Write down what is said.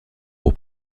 pour